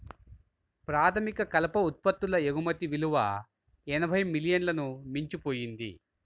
ప్రాథమిక కలప ఉత్పత్తుల ఎగుమతి విలువ ఎనభై మిలియన్లను మించిపోయింది